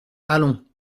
allons